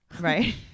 Right